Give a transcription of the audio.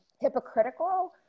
hypocritical